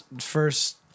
first